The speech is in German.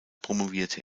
promovierte